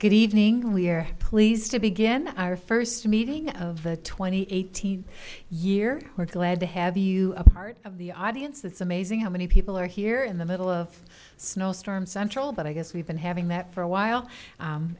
good evening we're pleased to begin our first meeting of the twenty eighteen year we're glad to have you a part of the audience it's amazing how many people are here in the middle of a snowstorm central but i guess we've been having that for a while